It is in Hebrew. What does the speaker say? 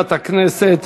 חברת הכנסת